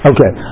Okay